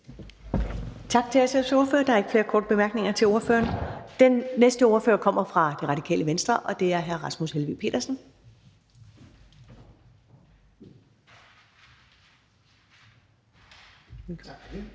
Tak til SF's ordfører. Der er ikke flere korte bemærkninger til ordføreren. Den næste ordfører kommer fra Radikale Venstre, og det er hr. Rasmus Helveg Petersen.